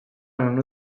non